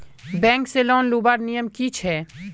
Bank से loan लुबार नियम की छे?